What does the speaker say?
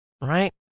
Right